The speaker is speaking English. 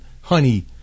honey